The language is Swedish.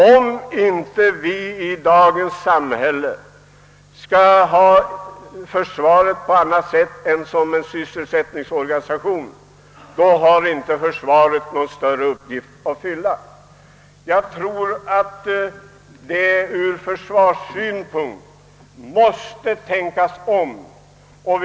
Om försvaret i dagens samhälle inte skall fungera på annat sätt än som en sysselsättningsorganisation, har det inte någon större uppgift att fylla. Jag tror att man måste tänka om på detta område.